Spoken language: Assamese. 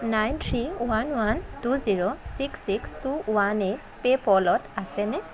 nine three one one two zero six six two one eight পে'পলত আছেনে